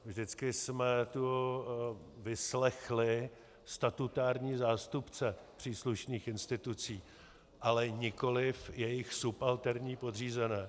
Vždycky jsme tu vyslechli statutární zástupce příslušných institucí, ale nikoliv jejich subalterní podřízené.